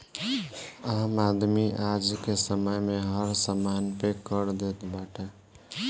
आम आदमी आजके समय में हर समान पे कर देत बाटे